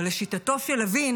אבל לשיטתו של לוין